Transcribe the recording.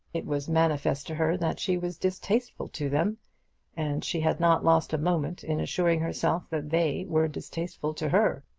it was manifest to her that she was distasteful to them and she had not lost a moment in assuring herself that they were distasteful to her.